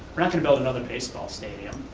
we're not gonna build another baseball stadium.